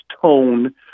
tone